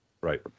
Right